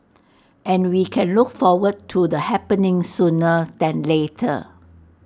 and we can look forward to the happening sooner than later